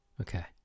Okay